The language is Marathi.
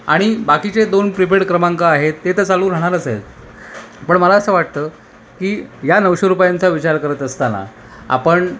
आणि बाकीचे दोन प्रिपेड क्रमांक आहेत ते तर चालवून राहणारच आहेत पण मला असं वाटतं की या नऊशे रुपयांचा विचार करत असताना आपण